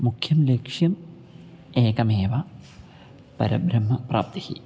मुख्यं लक्ष्यम् एकमेव परब्रह्मप्राप्तिः